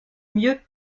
mieux